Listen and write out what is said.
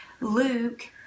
Luke